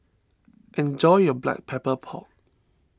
enjoy your Black Pepper Pork